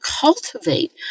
cultivate